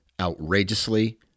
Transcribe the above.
outrageously